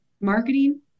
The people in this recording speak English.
marketing